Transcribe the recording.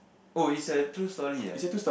oh it's a true story ah